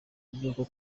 iby’uko